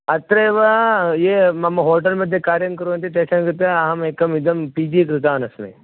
अत्रैव ये मम होटेल्मध्ये कार्यं कुर्वन्ति तेषां कृते अहमेकम् इदं पी जी दृतानस्मि